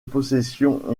possession